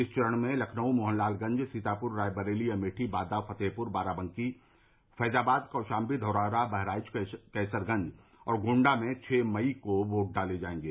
इस चरण में लखनऊ मोहनलालगंज सीतापुर रायबरेली अमेठी बांदा फतेहपुर बाराबंकी फैजाबाद कौशाम्बी धौरहरा बहराइच कैसरगंज और गोण्डा में छह मई को वोट डाले जायेंगे